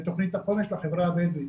בתכנית החומש לחברה הבדואית.